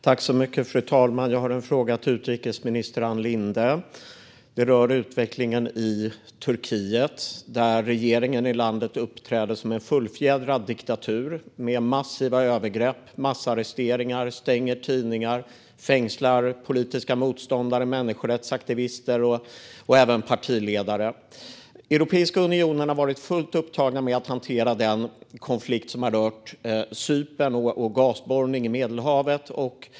Fru talman! Jag har en fråga till utrikesminister Ann Linde. Frågan rör utvecklingen i Turkiet, där regeringen i landet uppträder som i en fullfjädrad diktatur. Massiva övergrepp begås, massarresteringar görs, man stänger tidningar och fängslar politiska motståndare, människorättsaktivister och även partiledare. Europeiska unionen har varit fullt upptagen med att hantera den konflikt som har rört Cypern och gasborrning i Medelhavet.